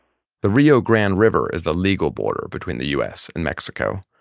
the rio grande river is the legal border between the us and mexico,